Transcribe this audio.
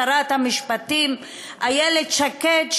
שרת המשפטים איילת שקד,